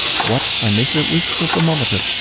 what i measure with the thermometer.